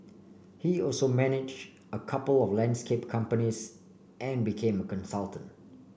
he also managed a couple of landscape companies and became a consultant